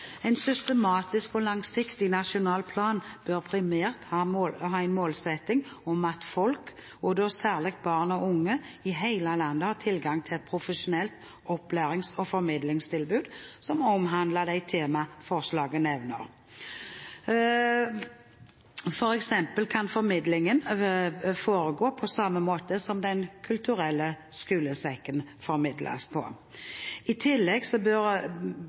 En systematisk og langsiktig nasjonal plan bør primært ha en målsetting om at folk, og da særlig barn og unge, i hele landet har tilgang til et profesjonelt opplærings- og formidlingstilbud som omhandler de temaene forslaget nevner. For eksempel kan formidlingen foregå på samme måte som Den kulturelle skolesekken formidles på. I tillegg bør